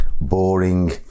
boring